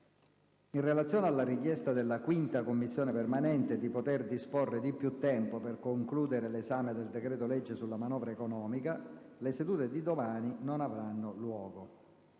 In relazione alla richiesta della 5a Commissione permanente di poter disporre di più tempo per concludere l'esame del decreto-legge sulla manovra economica, le sedute di domani non avranno luogo.